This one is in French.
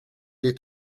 est